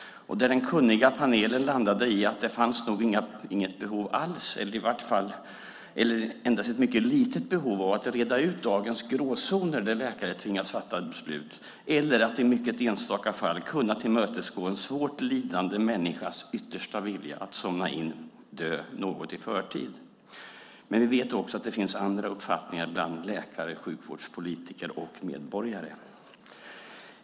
Den kunniga panelen landade i att det nog inte fanns något behov alls eller endast ett mycket litet behov av att reda ut dagens gråzoner där läkare tvingas fatta beslut eller när det gäller att i mycket enstaka fall kunna tillmötesgå en svårt lidande människas yttersta vilja att somna in och dö något i förtid. Men vi vet också att det finns andra uppfattningar bland läkare, sjukvårdspolitiker och medborgare.